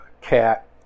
Cat